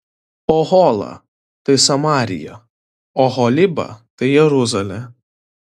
ohola tai samarija o oholiba tai jeruzalė